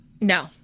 No